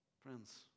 Friends